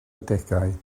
adegau